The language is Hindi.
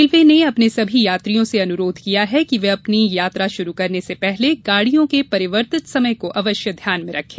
रेलवे ने अपने सभी यात्रियों से अनुरोध किया है कि वे अपनी यात्रा शुरू करने से पहले गाड़ियों के परिवर्तित समय को अवश्य ध्यान में रखें